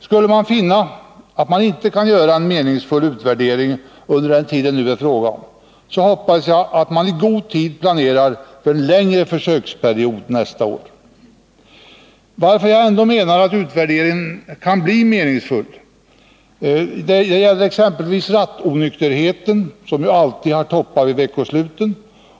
Skulle man finna att man inte kan göra en meningsfull utvärdering under den tid som det är fråga om, hoppas jag att man i god tid planerar för en längre försöksperiod nästa år. Jag menar att utvärderingen ändå kan bli meningsfull, exempelvis därför att rattonykterhetsbrotten kan påverkas, och de har ju alltid toppar vid veckosluten.